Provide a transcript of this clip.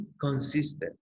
consistent